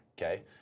okay